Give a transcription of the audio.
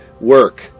work